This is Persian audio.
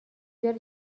داره